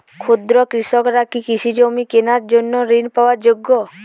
ক্ষুদ্র কৃষকরা কি কৃষিজমি কেনার জন্য ঋণ পাওয়ার যোগ্য?